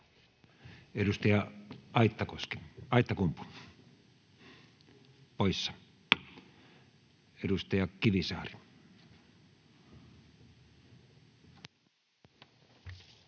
Edustaja Aittakumpu poissa. — Edustaja Kivisaari.